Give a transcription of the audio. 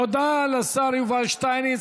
תודה לשר יובל שטייניץ.